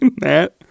Matt